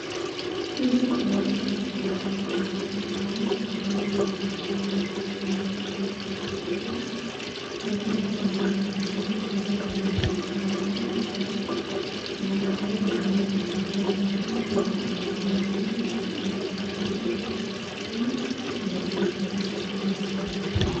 Hili bango linatangaza kampuni fulani, huenda ikawa ni kampuni ambayo hupatia watu mkopo na kwa hili bango wamechora msichana anayetumia simu kumaanisha kuwa huduma za hii kampuni unaweza zipata kupitia simu.